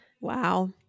Wow